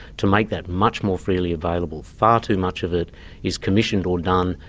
to make that much more freely available. far too much of it is commissioned or done,